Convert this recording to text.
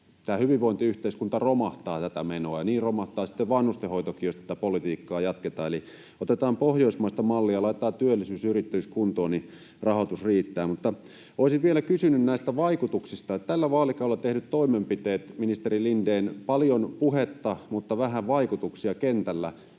tämä hyvinvointiyhteiskunta romahtaa tätä menoa, ja niin romahtaa sitten vanhustenhoitokin, [Välihuuto vasemmalta] jos tätä politiikkaa jatketaan. Eli otetaan Pohjoismaista mallia ja laitetaan työllisyys ja yrittäjyys kuntoon, niin rahoitus riittää. Olisin vielä kysynyt näistä vaikutuksista. Tällä vaalikaudella tehdyistä toimenpiteistä on, ministeri Lindén, paljon puhetta mutta vähän vaikutuksia kentällä.